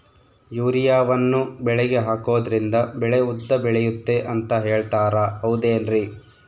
ಯೂರಿಯಾವನ್ನು ಬೆಳೆಗೆ ಹಾಕೋದ್ರಿಂದ ಬೆಳೆ ಉದ್ದ ಬೆಳೆಯುತ್ತೆ ಅಂತ ಹೇಳ್ತಾರ ಹೌದೇನ್ರಿ?